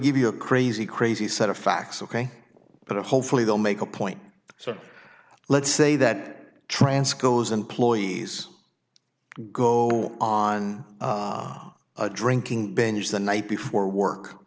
give you a crazy crazy set of facts ok but hopefully they'll make a point let's say that trance goes employees go on a drinking binge the night before work